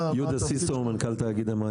אני מנכ"ל תאגיד המים,